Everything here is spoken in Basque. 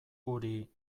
guri